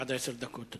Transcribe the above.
עד עשר דקות.